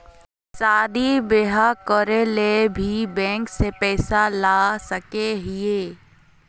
शादी बियाह करे ले भी बैंक से पैसा ला सके हिये?